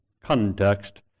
context